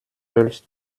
höhlt